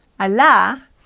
ala